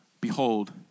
Behold